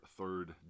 third